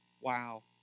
Wow